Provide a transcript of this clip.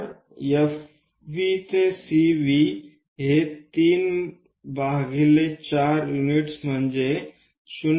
तर FV ते CV हे 3 बाय 4 युनिट्स म्हणजे 0